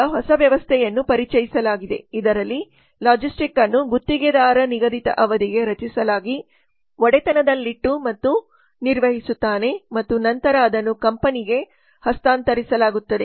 ಈಗ ಹೊಸ ವ್ಯವಸ್ಥೆಯನ್ನು ಪರಿಚಯಿಸಲಾಗಿದೆ ಇದರಲ್ಲಿ ಲಾಜಿಸ್ಟಿಕ್ಸ್ ಅನ್ನು ಗುತ್ತಿಗೆದಾರ ನಿಗದಿತ ಅವಧಿಗೆ ರಚಿಸಲಾಗಿ ಒಡೆತನದಲ್ಲಿಟ್ಟು ಮತ್ತು ನಿರ್ವಹಿಸುತ್ತಾನೆ ಮತ್ತು ನಂತರ ಅದನ್ನು ಕಂಪನಿಗೆ ಹಸ್ತಾಂತರಿಸಲಾಗುತ್ತದೆ